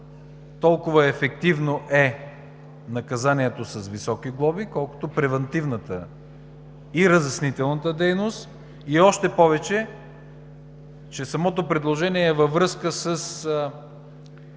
толкова ефективно е наказанието с високи глоби, колкото превантивната и разяснителната дейност. Още повече че самото предложение е във връзка с